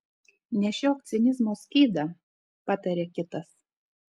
nešiok cinizmo skydą pataria kitas